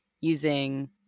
using